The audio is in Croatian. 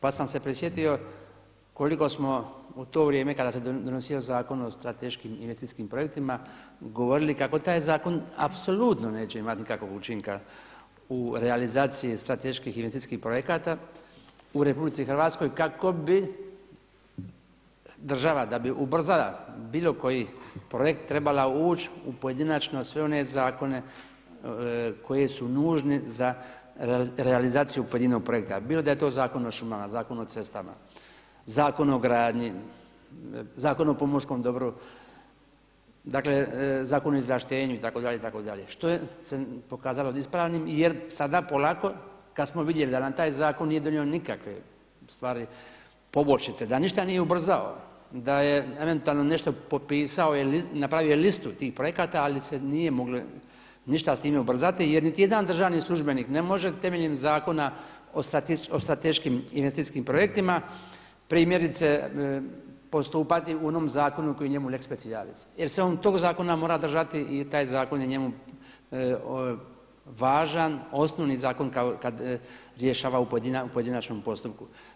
Pa sam se prisjetio koliko smo u to vrijeme kada se donosio Zakon o strateškim investicijskim projektima govorili kako taj zakon apsolutno neće imati nikakvog učinka u realizaciji strateških investicijskih projekata u RH kako bi država da bi ubrzala bilo koji projekt trebala ući u pojedinačno sve one zakone koji su nužni za realizaciju pojedinog projekta bilo da je to Zakon o šumama, zakon o cestama, Zakon o gradnji, zakon o pomorskom dobru, dakle Zakon o izvlaštenju itd., itd., što se pokazalo neispravnim jer sada polako kada smo vidjeli da nam taj zakon nije donio nikakve stvari, poboljšice, da ništa nije ubrzao, da je eventualno nešto popisao ili napravio listu tih projekata ali se nije moglo ništa s time ubrzati jer niti jedan državni službenik ne može temeljem Zakona o strateškim investicijskim projektima, primjerice, postupati u onom zakonu koji je njemu lex specialis jer se on tog zakona mora držati i taj zakon je njemu važan, osnovni zakon kao kad rješava u pojedinačnom postupku.